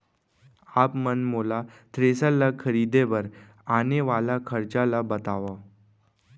आप मन मोला थ्रेसर ल खरीदे बर आने वाला खरचा ल बतावव?